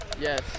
Yes